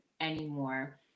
anymore